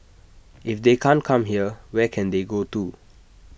if they can't come here where can they go to